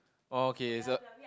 oh okay so